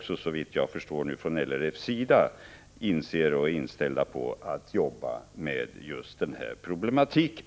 Såvitt jag förstår är man också inom LRF inställd på att jobba med den problematiken.